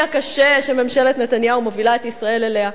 הקשה שממשלת נתניהו מובילה את ישראל אליו.